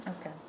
okay